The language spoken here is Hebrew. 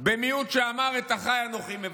במיעוט שאמר: "את אחי אנכי מבקש".